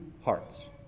hearts